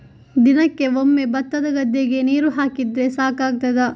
ದಿನಕ್ಕೆ ಒಮ್ಮೆ ಭತ್ತದ ಗದ್ದೆಗೆ ನೀರು ಹಾಕಿದ್ರೆ ಸಾಕಾಗ್ತದ?